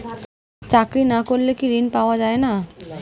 চাকরি না করলে কি ঋণ পাওয়া যায় না?